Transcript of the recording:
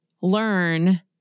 learn